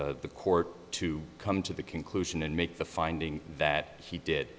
for the court to come to the conclusion and make the finding that he did